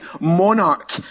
monarch